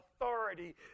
authority